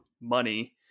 money